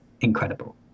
incredible